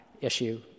issue